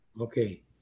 Okay